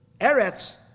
Eretz